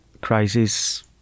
crisis